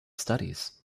studies